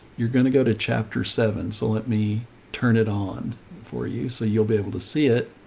you're going to go to chapter seven. so let me turn it on for you. so you'll be able to see it.